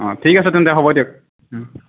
অ' ঠিক আছে তেন্তে হ'ব দিয়ক